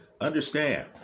understand